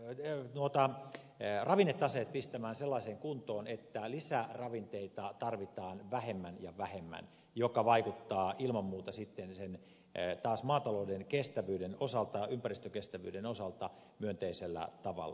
äiti ei luota osalta ja ravinnetaseet pistämään sellaiseen kuntoon että lisäravinteita tarvitaan vähemmän ja vähemmän mikä vaikuttaa ilman muuta sitten taas maatalouden ympäristökestävyyden osalta myönteisellä tavalla